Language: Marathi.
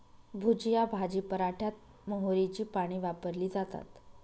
भुजिया भाजी पराठ्यात मोहरीची पाने वापरली जातात